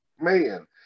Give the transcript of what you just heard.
Man